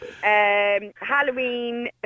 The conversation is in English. Halloween